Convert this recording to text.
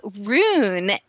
rune